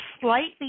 slightly